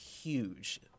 huge